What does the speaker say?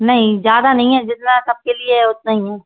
नहीं ज़्यादा नहीं है जितना सबके लिए है उतना ही है